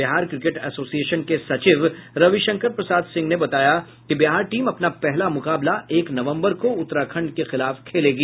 Bihar cricket association के सचिव रविशंकर प्रसाद सिंह ने बताया कि बिहार टीम अपना पहला मुकाबला एक नवंबर को उतराखंड के खिलाफ खेलेगी